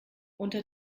unter